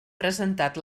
presentat